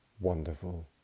Wonderful